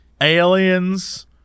Aliens